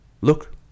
look